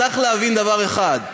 צריך להבין דבר אחד: